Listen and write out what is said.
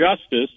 Justice